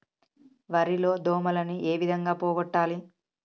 వరి లో దోమలని ఏ విధంగా పోగొట్టాలి?